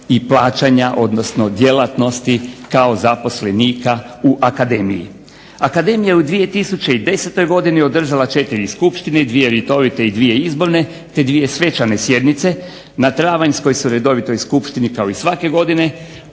plaćanja odnosno djelatnosti kao zaposlenika u akademiji. Akademija je u 2010. godini održala 4 skupštine, dvije redovite i dvije izborne, te dvije svečane sjednice. Na travanjskoj su redovitoj skupštini kao i svake godine